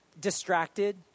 distracted